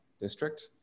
district